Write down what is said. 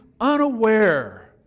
unaware